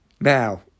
Now